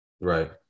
right